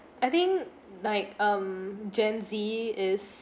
I think like um gen z is